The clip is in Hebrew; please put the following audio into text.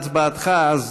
לא נקלטה הצבעתך, אז